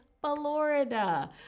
Florida